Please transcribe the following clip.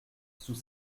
sous